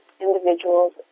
individuals